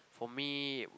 for me